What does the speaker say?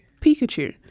Pikachu